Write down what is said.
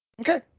Okay